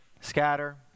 scatter